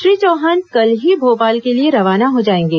श्री चौहान कल ही भोपाल के लिए रवाना हो जाएंगे